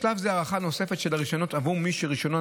בשלב זה הארכה נוספת של הרישיונות עבור מי שרישיונם